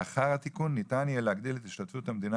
לאחר התיקון ניתן יהיה להגדיל את השתתפות המדינה